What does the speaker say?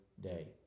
day